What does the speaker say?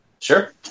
Sure